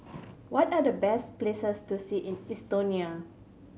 what are the best places to see in Estonia